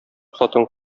хатын